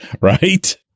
right